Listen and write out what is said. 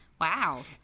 wow